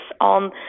on